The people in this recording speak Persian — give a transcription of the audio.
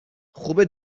خوبه